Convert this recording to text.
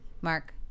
Mark